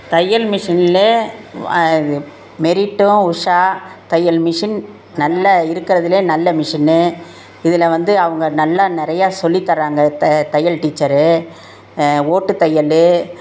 தையல் மிஷின்லேயே அது மெரிட்டும் உஷா தையல் மிஷின் நல்ல இருக்கிறதுலே நல்ல மிஷினு இதில் வந்து அவங்க நல்லா நிறையா சொல்லி தர்றாங்க த தையல் டீச்சரு ஓட்டு தையல்